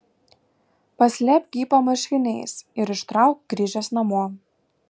paslėpk jį po marškiniais ir ištrauk grįžęs namo